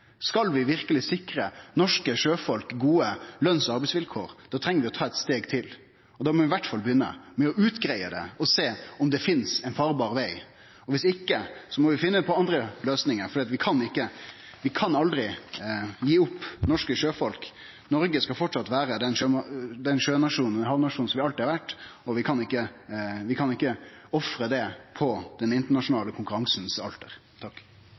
Skal vi verkeleg sikre norske sjøfolk gode løns- og arbeidsvilkår, treng vi å ta eit steg til, og da må vi iallfall begynne med å utgreie det og sjå om det finst ein farbar veg. Viss ikkje må vi finne på andre løysingar, for vi kan aldri gi opp norske sjøfolk. Noreg skal framleis vere den sjønasjonen og havnasjonen som vi alltid har vore, og vi kan ikkje ofre det på den internasjonale konkurransens alter.